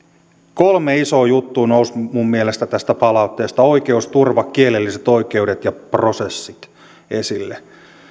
kolme isoa juttua nousi minun mielestäni tästä palautteesta esille oikeusturva kielelliset oikeudet ja prosessit